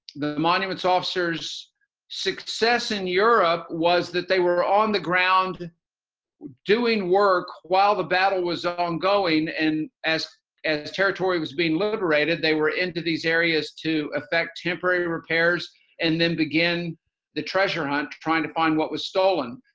the the monuments officer's success in europe was that they were on the ground doing work while the battle was ongoing and as as territory was being lootherated, they were into these areas to affect temporary repairs and then began the treasure hunt to try and to find what was stolen.